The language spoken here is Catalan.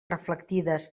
reflectides